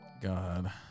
God